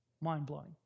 mind-blowing